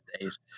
days